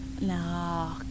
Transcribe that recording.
No